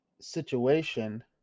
situation